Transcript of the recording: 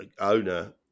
owner